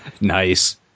Nice